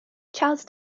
charles